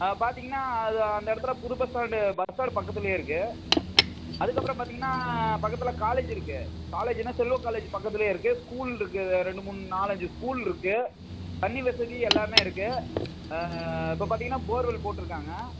பார்த்தீங்கன்னா அது அந்த இடத்துல புது பஸ் ஸ்டாண்டு பஸ் ஸ்டாண்டு பக்கத்துலயே இருக்குது அதுக்கப்புறம் பார்த்தீங்கன்னா பக்கத்தில் காலேஜு இருக்குது காலேஜுன்னால் செல்வம் காலேஜு பக்கத்திலயே இருக்குது ஸ்கூல் இருக்குது ரெண்டு மூணு நாலஞ்சு ஸ்கூல் இருக்குது தண்ணி வசதி எல்லாமே இருக்குது இப்போ பார்த்தீங்கன்னா போர் வெல் போட்டிருக்காங்க